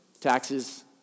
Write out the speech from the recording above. Taxes